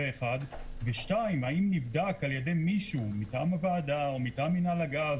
האם נבדק על-ידי מישהו מטעם הוועדה, מטעם הגז,